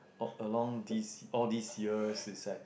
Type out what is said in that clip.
oh along these all these years is that